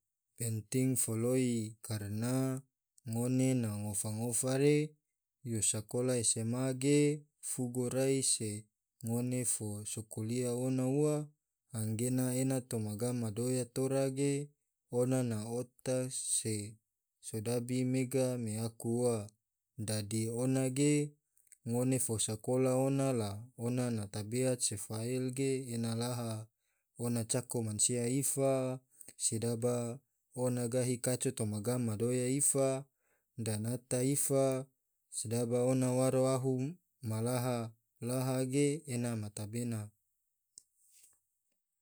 Penting foloi karana ngone na ngofa-ngofa re, yo sakola sma fugo rai se ngone fo so kulia ona ua anggena ona toma gam madoya tora ge ona na otak se sodabi mega me aku ua, dadi ona ge ngone fo sakola ona la ona na tabeat se fael ge ena laha, ona cako masia ifa, sidaba ona gahi kaco toma gam madoya ifa, danata ifa, sidaba ona waro ahu ma laha-laha ge ena ma tebena